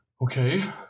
Okay